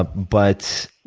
ah but.